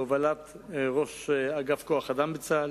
בהובלת ראש אגף כוח-אדם בצה"ל,